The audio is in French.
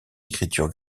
écriture